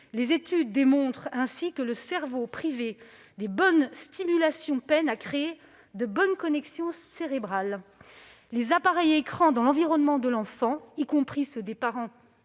Elles démontrent ainsi que le cerveau, lorsqu'il est privé des bonnes stimulations, peine à créer de bonnes connexions cérébrales. Les appareils à écran dans l'environnement de l'enfant, y compris ceux des parents